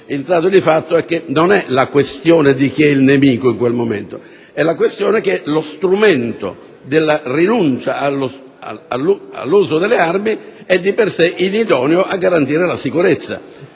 Il dato di fatto non è la questione di chi sia il nemico in quel momento, ma la questione che lo strumento della rinuncia all'uso delle armi è di per sé inidoneo a garantire la sicurezza,